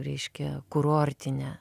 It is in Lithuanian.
reiškia kurortinę